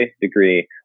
degree